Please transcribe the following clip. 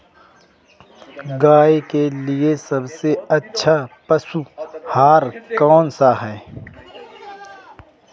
गाय के लिए सबसे अच्छा पशु आहार कौन सा है?